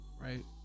right